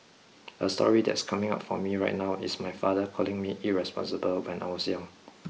a story that's coming up for me right now is my father calling me irresponsible when I was young